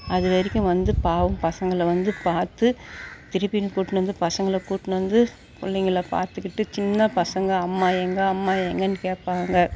அதுவரைக்கும் வந்து பாவம் பசங்களை வந்து பார்த்து திருப்பி இங்கே கூட்னு வந்து பசங்களை கூட்னு வந்து பிள்ளைங்கள பார்த்துக்கிட்டு சின்ன பசங்கள் அம்மா எங்கே அம்மா எங்கேன்னு கேட்பாங்க